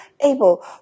able